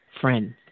friend